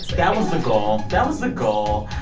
that was the goal. that was the goal.